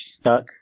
stuck